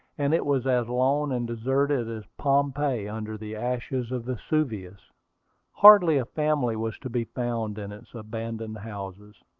and it was as lone and deserted as pompeii under the ashes of vesuvius. hardly a family was to be found in its abandoned houses.